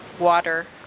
water